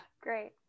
Great